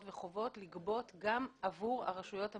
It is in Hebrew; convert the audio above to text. וחובות לגבות גם עבור הרשויות המקומיות.